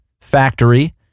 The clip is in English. factory